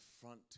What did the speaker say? front